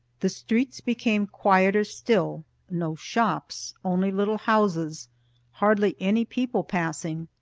the streets became quieter still no shops, only little houses hardly any people passing.